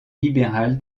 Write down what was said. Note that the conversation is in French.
libéral